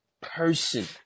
person